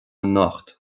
anocht